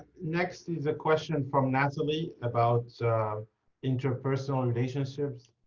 next is a question from natalie about interpersonal relationships.